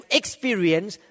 experience